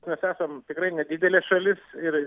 mes esam tikrai nedidelė šalis ir